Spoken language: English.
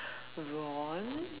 Ron